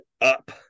up